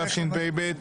תשפ"ב,